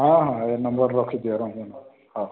ହଁ ହଁ ଏଇ ନମ୍ବର୍ ରଖିଦିଅ ରଞ୍ଜନ ନମ୍ବର୍ ହଁ